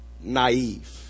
naive